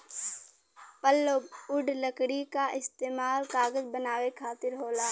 pulpwood लकड़ी क इस्तेमाल कागज बनावे खातिर होला